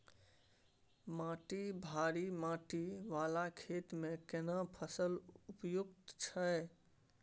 माटी भारी माटी वाला खेत में केना फसल उपयुक्त छैय?